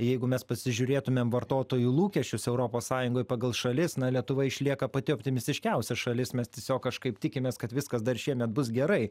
jeigu mes pasižiūrėtumėm vartotojų lūkesčius europos sąjungoj pagal šalis na lietuva išlieka pati optimistiškiausia šalis mes tiesiog kažkaip tikimės kad viskas dar šiemet bus gerai